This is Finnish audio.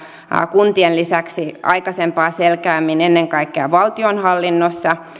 kuntien lisäksi aikaisempaa selkeämmin ennen kaikkea valtionhallinnossa